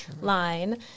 line